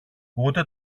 ούτε